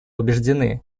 убеждены